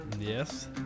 Yes